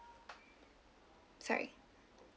sorry